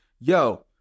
yo